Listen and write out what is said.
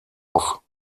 auf